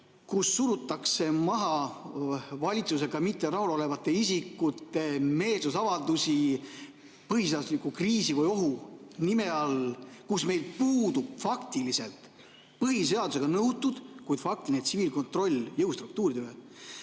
kus surutakse maha valitsusega mitte rahul olevate isikute meelsusavaldusi põhiseadusliku kriisi või ohu nime all, kus meil puudub põhiseadusega nõutud faktiline tsiviilkontroll jõustruktuuride üle,